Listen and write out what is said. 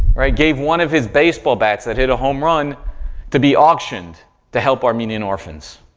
right, gave one of his baseball bats that hit a home run to be auctioned to help armenian orphans,